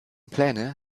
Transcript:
pläne